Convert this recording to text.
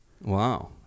Wow